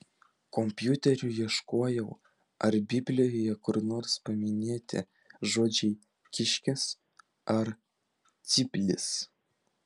kompiuteriu ieškojau ar biblijoje kur nors paminėti žodžiai kiškis ar cyplys